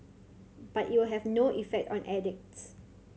but it will have no effect on addicts